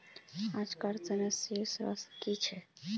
आजकार तने शेष राशि कि छे?